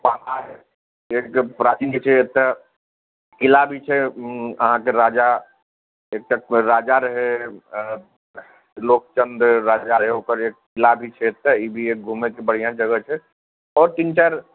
पहाड़ एक प्राचीन जे छै एतऽ किला भी छै अहाँके राजा एकटा कोइ राजा रहय लोकचन्द्र राजा रहय ओकर एक किला भी छै एतऽ ई भी एक घुमयके बढ़िआँ जगह छै आओर तीन चारि